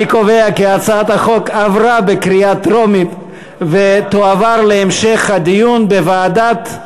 אני קובע כי הצעת החוק עברה בקריאה טרומית ותועבר להמשך הדיון בוועדת,